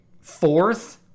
fourth